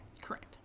Correct